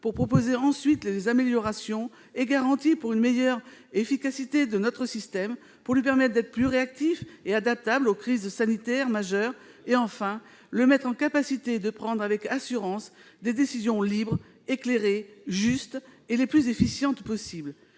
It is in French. pour proposer ensuite des améliorations et des garanties pour une meilleure efficacité de notre système. Ainsi, celui-ci sera plus réactif et adaptable aux crises sanitaires majeures. Il s'agit enfin de lui donner la capacité de prendre avec assurance des décisions libres, éclairées, justes et les plus efficientes possible.